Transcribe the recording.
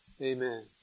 Amen